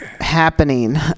Happening